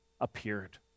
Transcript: appeared